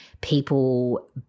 people